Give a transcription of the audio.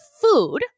food